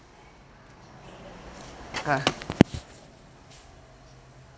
ah